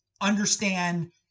understand